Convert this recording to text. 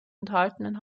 enthaltenen